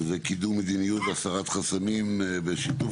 קידום מדיניות והסרת חסמים בשיתוף